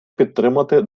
підтримати